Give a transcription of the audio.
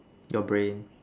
your brain